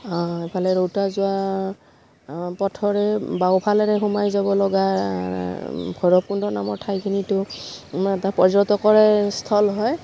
এইফালে ৰোটা যোৱা পথৰে বাঁওফালেৰে সোমাই যাব লগা ভৈৰৱকুণ্ড নামৰ ঠাইখিনিটো এটা পৰ্যটকৰে স্থল হয়